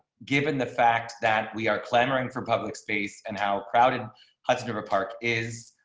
given the fact that we are clamoring for public space and how crowded hudson river park is